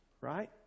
Right